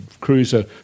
Cruiser